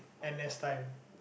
n_s time